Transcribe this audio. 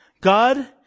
God